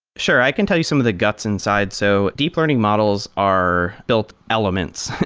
sure. i can tell you some of the guts inside. so deep learning models are built element.